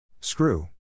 Screw